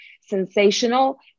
sensational